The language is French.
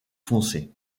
foncé